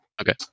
Okay